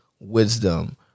wisdom